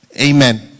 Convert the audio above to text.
Amen